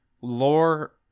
lore